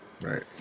right